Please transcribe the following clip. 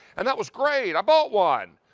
and that was great, i bought one.